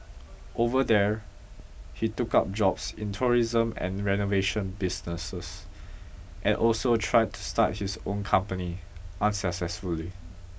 over there he took up jobs in tourism and renovation businesses and also tried to start his own company unsuccessfully